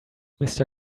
mister